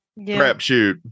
Crapshoot